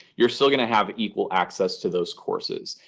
you're still going to have equal access to those courses.